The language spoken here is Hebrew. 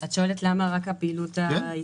את שואלת למה רק הפעילות הייצורית?